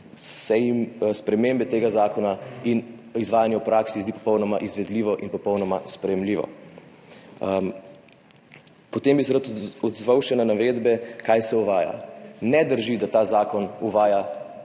spremembe tega zakona in izvajanje v praksi zdi popolnoma izvedljivo in popolnoma sprejemljivo. Potem bi se rad odzval še na navedbe, kaj se uvaja. Ne drži, da ta zakon uvaja